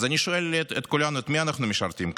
אז אני שואל את כולנו: את מי אנחנו משרתים,